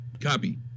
Copy